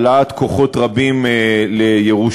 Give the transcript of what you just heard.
אם העלאת כוחות רבים לירושלים,